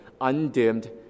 undimmed